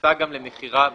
שהתייחסה למכירה באינטרנט.